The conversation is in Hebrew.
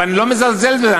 ואני לא מזלזל בזה,